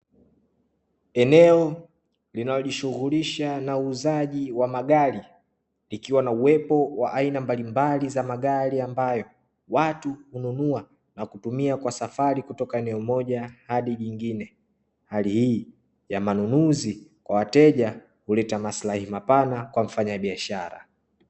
Eneo linalojishughulisha kwaajili ya uuzaji wa magari likiwa na uwepo wa aina mbalimbali za magari watu hununua na kutumia kwa safari kutoka eneo moja hadi lingine hali hii ya manunuzi kwa wateja huleta masrahi mapana kwa muuzaji.